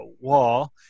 wall